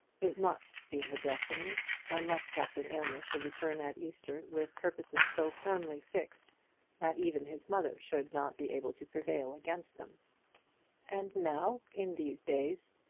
it must be her destiny unless captain aylmer should return at easter with purposes so firmly fixed that even his mother should not be able to prevail against them and now, in these days,